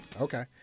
Okay